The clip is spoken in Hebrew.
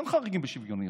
אין חריגים בשוויוניות.